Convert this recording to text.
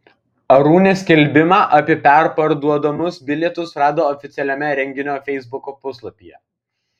arūnė skelbimą apie perparduodamus bilietus rado oficialiame renginio feisbuko puslapyje